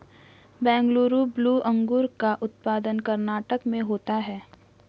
Bengaluru blue अंगूर का उत्पादन कर्नाटक में होता है